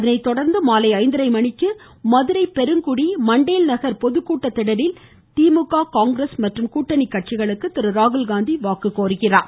அதனை தொடர்ந்து மாலை ஐந்தரை மணிக்கு மதுரை பெருங்குடி மண்டேல்நகர் பொதுக்கூட்டத் திடலில் திமுக காங்கிரஸ் மற்றும் கூட்டணி கட்சிகளுக்கு வாக்கு கோருகிறார்